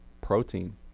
protein